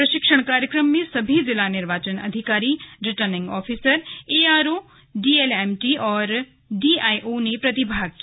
प्रशिक्षण कार्यक्रम में सभी जिला निर्वाचन अधिकारी रिटर्निंग ऑफिसर एआरओ डीएलएमटी और डीआईओ ने प्रतिभाग किया